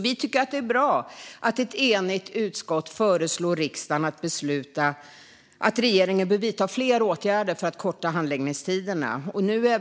Vi tycker att det är bra att ett enigt utskott föreslår för riksdagen att besluta om att regeringen bör vidta fler åtgärder för att korta handläggningstiderna.